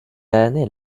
année